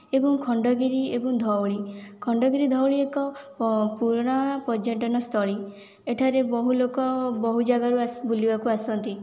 ଏବଂ ଖଣ୍ଡଗିରି ଏବଂ ଧଉଳି ଖଣ୍ଡଗିରି ଧଉଳି ଏକ ପୁରୁଣା ପର୍ଯ୍ୟଟନ ସ୍ଥଳୀ ଏଠାରେ ବହୁ ଲୋକ ବହୁ ଜାଗାରୁ ଆସି ବୁଲିବାକୁ ଆସନ୍ତି